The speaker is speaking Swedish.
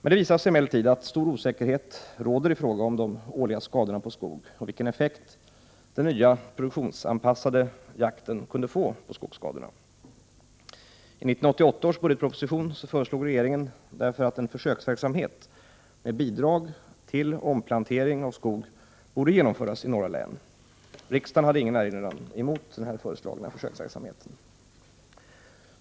Det visade sig emellertid att stor osäkerhet råder i fråga om de årliga skadorna på skog och vilken effekt den nya produktionsanpassade jakten kunde få på skogsskadorna. I 1988 års budgetproposition föreslog regeringen därför att en försöksverksamhet med bidrag till omplantering av skog borde genomföras i några län. Riksdagen hade ingen erinran mot den föreslagna försöksverksamheten.